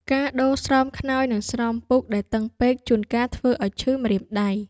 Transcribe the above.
ការដូរស្រោមខ្នើយ និងស្រោមពូកដែលតឹងពេក ជួនកាលធ្វើឱ្យឈឺម្រាមដៃ។